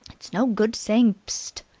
it's no good saying, psst!